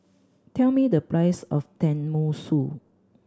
tell me the price of Tenmusu